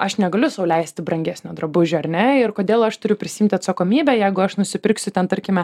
aš negaliu sau leisti brangesnio drabužio ar ne ir kodėl aš turiu prisiimti atsakomybę jeigu aš nusipirksiu ten tarkime